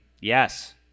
Yes